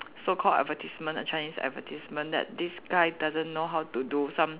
so called advertisement a Chinese advertisement that this guy doesn't know how to do some